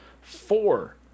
Four